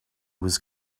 was